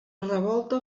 revolta